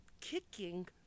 kicking